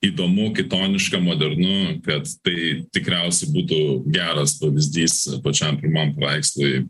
įdomu kitoniška modernu kad tai tikriausiai būtų geras pavyzdys pačiam pirmam paveikslui